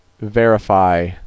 verify